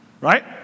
Right